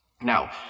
Now